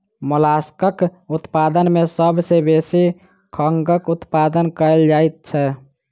मोलास्कक उत्पादन मे सभ सॅ बेसी शंखक उत्पादन कएल जाइत छै